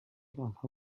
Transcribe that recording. آنها